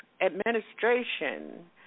administration